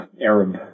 Arab